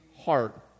heart